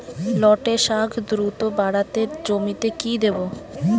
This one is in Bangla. লটে শাখ দ্রুত বাড়াতে জমিতে কি দেবো?